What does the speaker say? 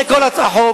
זה כל החוק.